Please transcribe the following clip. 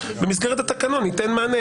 במסגרת התקנון יינתן מענה.